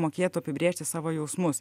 mokėtų apibrėžti savo jausmus